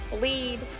lead